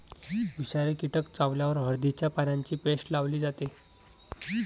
विषारी कीटक चावल्यावर हळदीच्या पानांची पेस्ट लावली जाते